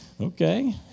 okay